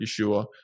Yeshua